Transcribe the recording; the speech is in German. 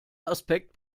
aspekt